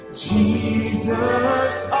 Jesus